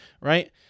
right